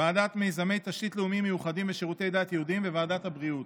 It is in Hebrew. ועדת מיזמי תשתית לאומיים מיוחדים ושירותי דת יהודיים וועדת הבריאות.